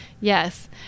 Yes